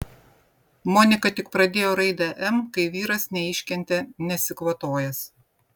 monika tik pradėjo raidę m kai vyras neiškentė nesikvatojęs